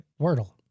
wordle